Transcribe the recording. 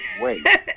wait